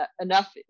enough